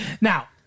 Now